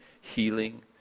healing